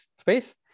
space